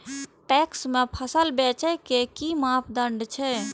PACS में फसल बेचे के कि मापदंड छै?